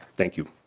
thank you.